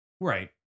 Right